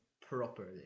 properly